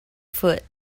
foot